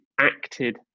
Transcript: acted